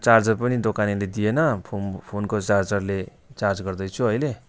charger पनि दोकानेले दिएन फोनको चार्जरले चार्ज गर्दैछु अहिले